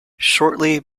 shortly